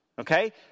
Okay